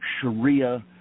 sharia